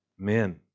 Amen